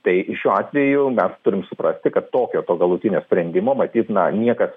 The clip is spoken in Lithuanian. tai šiuo atveju mes turim suprasti kad tokio galutinio sprendimo matyt na niekas